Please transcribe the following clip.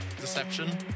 deception